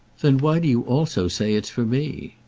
then why do you also say it's for me?